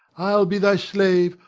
i'll be thy slave.